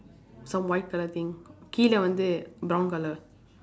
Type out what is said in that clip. some white colour thing brown colour